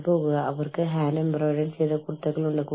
നിങ്ങൾക്ക് പോകണം പക്ഷേ നിങ്ങളുടെ വാതിലിന് പുറത്ത് 6 അടി മഞ്ഞ് ഉണ്ട്